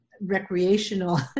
recreational